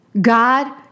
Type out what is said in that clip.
God